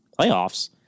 playoffs